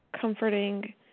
comforting